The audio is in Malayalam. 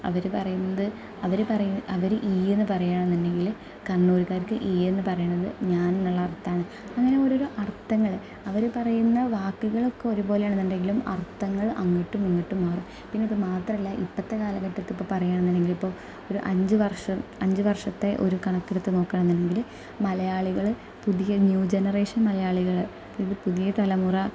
അവർ പറയുന്നത് അവർ പറ അവർ ഈ എന്നു പറയുകയാണെങ്കിൽ കണ്ണൂരുകാർക്ക് ഈയെന്നു പറയണത് ഞാൻ എന്നുള്ള അർത്ഥമാണ് അങ്ങനെ ഓരോരോ അർത്ഥങ്ങൾ അവർ പറയുന്ന വാക്കുകളൊക്കെ ഒരുപോലെയാണെന്നുണ്ടെങ്കിലും അർത്ഥങ്ങൾ അങ്ങോട്ടും ഇങ്ങോട്ടും മാറും പിന്നതു മാത്രമല്ല ഇപ്പോഴത്തെ കാലഘട്ടത്ത് ഇപ്പം പറയുകയാണെന്നുണ്ടെങ്കിൽ ഇപ്പോൾ ഒരു അഞ്ചു വർഷം അഞ്ചു വർഷത്തെ ഒരു കണക്കെടുത്ത് നോക്കുവാണെന്നുണ്ടെങ്കില് മലയാളികൾ പുതിയ ന്യൂ ജനറേഷൻ മലയാളികൾ പുതിയ തലമുറ